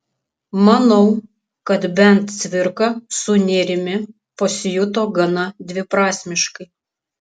manau kad bent cvirka su nėrimi pasijuto gana dviprasmiškai